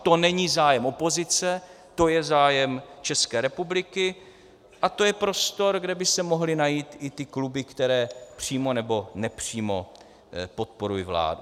To není zájem opozice, to je zájem České republiky a to je prostor, kde by se mohly najít i ty kluby, které přímo nebo nepřímo podporují vládu.